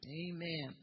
Amen